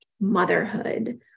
motherhood